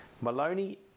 Maloney